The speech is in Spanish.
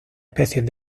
especies